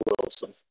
Wilson